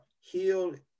healed